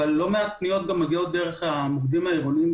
אבל לא מעט פניות מגיעות דרך המוקדים העירוניים,